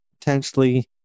potentially